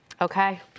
Okay